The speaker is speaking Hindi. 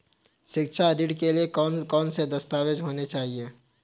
शिक्षा ऋण के लिए कौन कौन से दस्तावेज होने चाहिए?